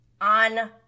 on